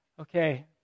Okay